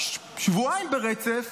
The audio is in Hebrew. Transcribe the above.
שבועיים ברצף